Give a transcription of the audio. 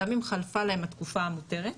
גם אם חלפה להם התקופה המותרת,